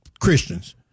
Christians